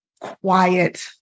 quiet